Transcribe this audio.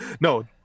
no